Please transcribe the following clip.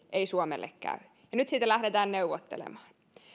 ei suomelle käy ja nyt siitä lähdetään neuvottelemaan